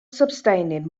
sustaining